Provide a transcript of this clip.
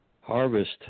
harvest